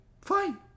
fine